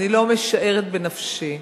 אני לא משערת בנפשי,